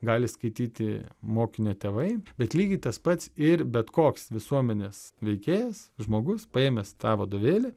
gali skaityti mokinio tėvai bet lygiai tas pats ir bet koks visuomenės veikėjas žmogus paėmęs tą vadovėlį